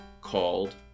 called